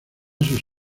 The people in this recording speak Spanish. sus